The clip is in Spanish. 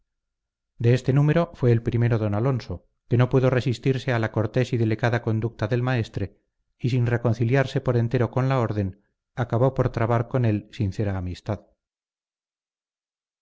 de este número fue el primero don alonso que no pudo resistirse a la cortés y delicada conducta del maestre y sin reconciliarse por entero con la orden acabó por trabar con él sincera amistad